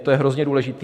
To je hrozně důležité.